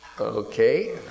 Okay